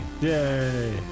Yay